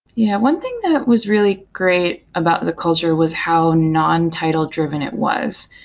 yeah, one thing that was really great about the culture was how non-title dr iven it was.